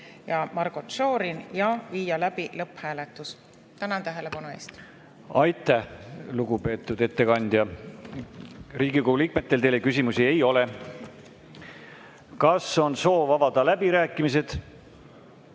Margit Sutrop ja Marko Šorin. Tänan tähelepanu eest! Aitäh, lugupeetud ettekandja! Riigikogu liikmetel teile küsimusi ei ole. Kas on soov avada läbirääkimised?